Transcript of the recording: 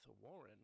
Warren